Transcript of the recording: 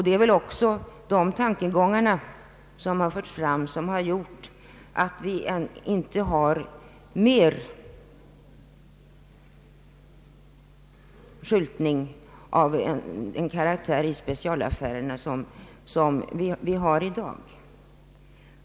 Det är väl också dessa tankegångar som har gjort att vi inte har mer skyltning av en viss karaktär i specialaffärerna i dag.